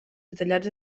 detallats